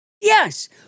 Yes